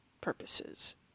purposes